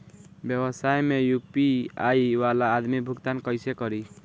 व्यवसाय में यू.पी.आई वाला आदमी भुगतान कइसे करीं?